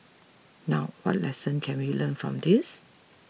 now what lessons can we learn from this